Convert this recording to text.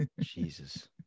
Jesus